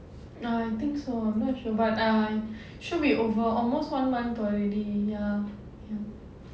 ya I think so much I'm not sure but ah should be over almost one month already ya